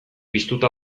piztuta